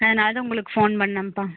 அதனால் தான் உங்களுக்கு ஃபோன் பண்ணன்ப்பா